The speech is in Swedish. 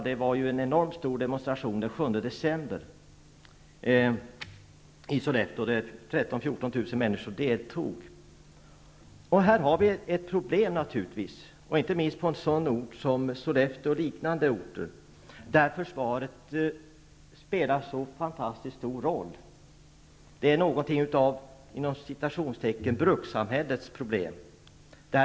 Det var en enormt stor demonstration den 7 december i Sollefteå med Det här är naturligtvis ett problem, inte minst på en sådan ort som Sollefteå och andra liknande orter där försvaret spelar en så fantastiskt stor roll. Det är något av ''brukssamhällets'' problem.